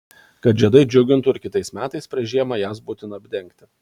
kad žiedai džiugintų ir kitais metais prieš žiemą jas būtina apdengti